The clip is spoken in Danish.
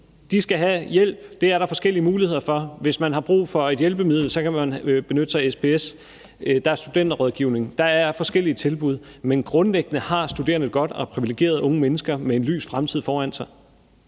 De skal have hjælp. Det er der forskellige muligheder for. Hvis man har brug for et hjælpemiddel, kan man benytte sig af SPS. Der er studenterrådgivning. Der er forskellige tilbud. Men grundlæggende har studerende det godt og er privilegerede unge mennesker med en lys fremtid foran sig.